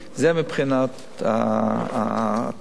זה מבחינת התור.